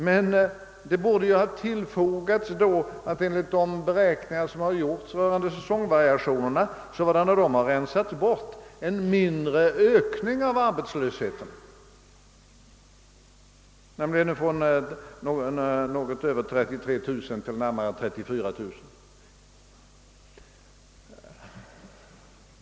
Men det borde ha tillfogats att det med bortrensning av säsongvariationerna i själva verket enligt en beräkning förekom en mindre ökning av arbetslösheten, nämligen från något över 33 000 till närmare 34 000.